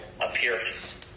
appearance